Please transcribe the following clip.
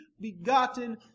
begotten